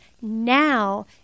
Now